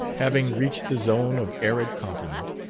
having reached the zone of arid compliment,